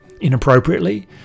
inappropriately